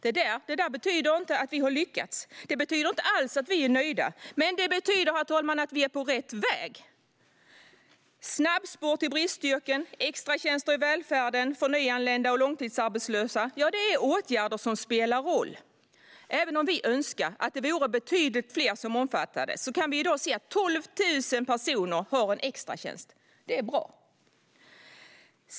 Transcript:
Detta betyder inte att vi har lyckats, och det betyder inte alls att vi är nöjda, men det betyder att vi är på rätt väg. Snabbspår till bristyrken och extratjänster i välfärden för nyanlända och långtidsarbetslösa är åtgärder som spelar roll. Även om vi önskar att det skulle vara betydligt fler som omfattas kan vi i dag se att 12 000 personer har en extratjänst. Det är bra.